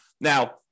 Now